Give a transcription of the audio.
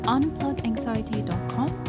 UnplugAnxiety.com